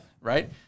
right